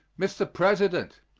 mr. president,